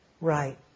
Right